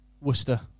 Worcester